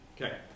Okay